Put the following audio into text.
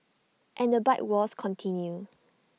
and the bike wars continue